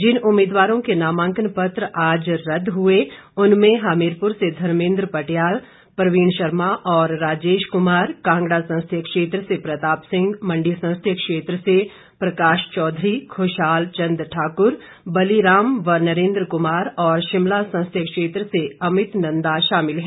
जिन उम्मीदवारों के नामांकन पत्र आज रद्द हुए उनमें हमीरपुर से धर्मेन्द्र पटियाल प्रवीण शर्मा और राजेश कुमार कांगड़ा संसदीय क्षेत्र से प्रताप सिंह मंडी संसदीय क्षेत्र से प्रकाश चौधरी खुशाल चंद ठाकुर बली राम व नरेन्द्र कुमार और शिमला संसदीय क्षेत्र से अमित नंदा शामिल हैं